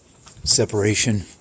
Separation